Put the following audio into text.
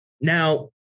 Now